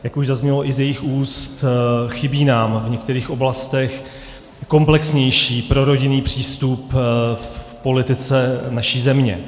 Jak už zaznělo i z jejích úst, chybí nám v některých oblastech komplexnější prorodinný přístup v politice naší země.